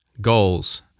Goals